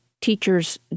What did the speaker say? teachers